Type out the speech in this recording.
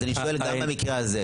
אז אני שואל גם במקרה הזה,